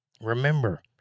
Remember